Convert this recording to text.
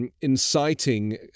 Inciting